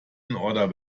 another